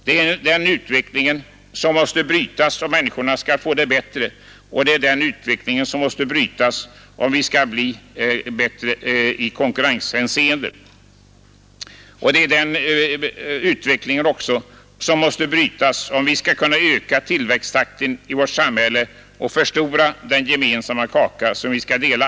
Det är den utvecklingen som måste brytas, om människorna skall få det bättre, om vi skall bli starkare i konkurrenshänseende, öka tillväxttakten i vårt samhälle och förstora den gemensamma kaka vi skall dela.